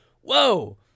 whoa